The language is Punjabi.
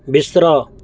ਬਿਸਤਰਾ